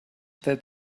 that